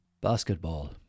Basketball